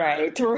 Right